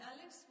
Alex